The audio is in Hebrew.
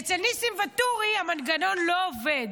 אצל ניסים ואטורי המנגנון לא עובד.